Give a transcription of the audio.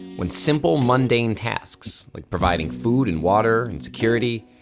when simple mundane tasks like providing food and water and security,